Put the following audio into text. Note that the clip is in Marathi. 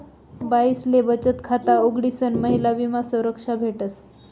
बाईसले बचत खाता उघडीसन महिला विमा संरक्षा भेटस